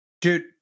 dude